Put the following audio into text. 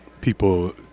People